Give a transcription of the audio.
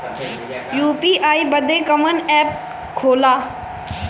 UPI बदे कवन app होला?